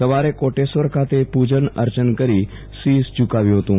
સવારે કોટેશ્વર ખાતે પૂજન અર્ચન કરી શીશ ઝુકાવ્યું હતું